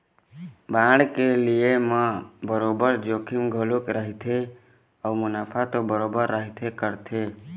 bond के लेय म बरोबर जोखिम घलोक रहिथे अउ मुनाफा तो बरोबर रहिबे करथे